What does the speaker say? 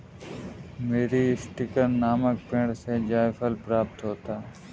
मीरीस्टिकर नामक पेड़ से जायफल प्राप्त होता है